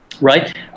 right